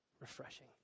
Refreshing